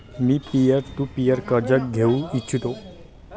me peer to peer कर्ज घेऊ इच्छितो